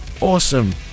awesome